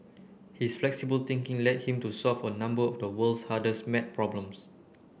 his flexible thinking led him to solve a number of the world's hardest maths problems